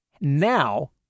now